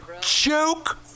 Joke